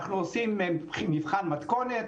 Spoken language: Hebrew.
אנחנו עושים מבחן מתכונת,